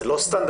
זה לא סטנדרטי,